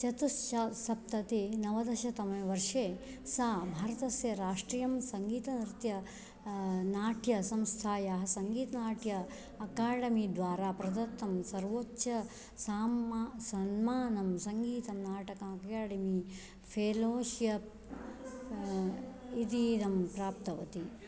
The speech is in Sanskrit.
चतुःसप्ततिनवदशवर्षे सा भारतस्य राष्ट्रीयं सङ्गीतनृत्य नाट्यसंस्थयाः संगीतनाट्य अकाडेमी द्वारा प्रदत्तं सर्वोच्चसम्मा सन्मानं सङ्गीतनाटक अकाडेमी फेलोस्यप् इतीदं प्राप्तवती